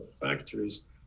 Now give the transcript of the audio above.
factories